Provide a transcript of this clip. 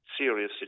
serious